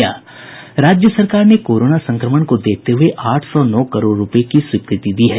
राज्य सरकार ने कोरोना संक्रमण को देखते हये आठ सौ नौ करोड़ रूपये की स्वीकृति दी है